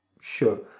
sure